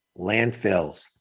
landfills